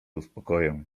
uspokoję